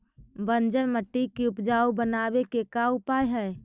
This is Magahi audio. बंजर मट्टी के उपजाऊ बनाबे के का उपाय है?